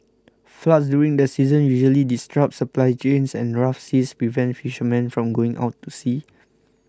floods during this season usually disrupt supply chains and rough seas prevent fishermen from going out to sea